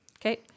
Okay